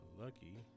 Lucky